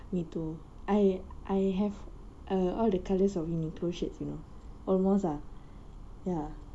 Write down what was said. me too I I have err all the colours of uniqlo shirts you know almost ah